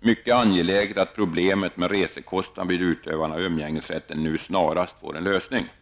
''mycket angeläget att problemet med resekostnader vid utövande av umgängesrätten nu snarast får en lösning.''